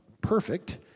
perfect